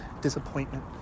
disappointment